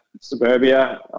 suburbia